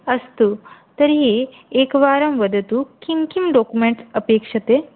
अस्तु तर्हि एकवारं वदतु किं किं डोकुमेण्ट् अपेक्षते